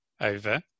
over